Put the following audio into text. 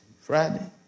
Friday